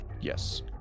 Yes